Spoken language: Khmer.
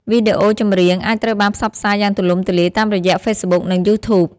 វីដេអូចម្រៀង អាចត្រូវបានផ្សព្វផ្សាយយ៉ាងទូលំទូលាយតាមរយៈ ហ្វេសបុក និងយូធូប។